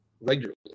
regularly